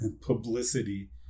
publicity